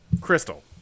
Crystal